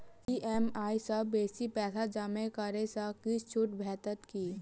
EMI सँ बेसी पैसा जमा करै सँ किछ छुट भेटत की?